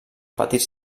petits